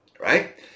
right